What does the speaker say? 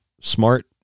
smart